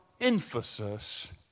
emphasis